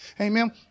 Amen